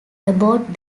aboard